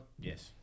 yes